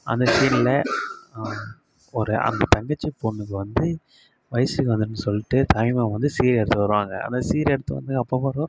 அந்த சீனில் ஒரு அந்த தங்கச்சி பொண்ணுக்கு வந்து வயிசுக்கு வந்துன்னு சொல்லிட்டு தாய்மாமா வந்து சீர் எடுத்து வருவாங்க அந்த சீர் எடுத்து வந்து அப்போ கூட